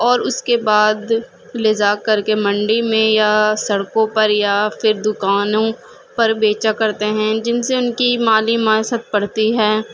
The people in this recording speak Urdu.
اور اس کے بعد لے جا کر کے منڈی میں یا سڑکوں پر یا پھر دوکانوں پر بیچا کرتے ہیں جن سے ان کی مالی معیشت بڑھتی ہے